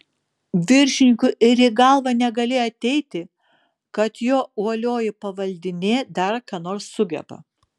viršininkui ir į galvą negalėjo ateiti kad jo uolioji pavaldinė dar ką nors sugeba